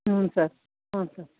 ಹ್ಞೂ ಸರ್ ಹ್ಞೂ ಸರ್